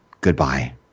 Goodbye